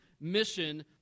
mission